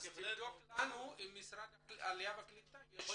אז תבדוק לנו עם משרד העלייה והקליטה -- יכול